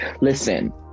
Listen